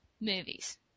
movies